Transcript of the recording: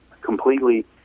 completely